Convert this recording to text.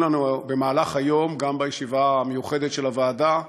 לנו במהלך היום בישיבה המיוחדת של הוועדה,